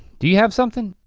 do you have something?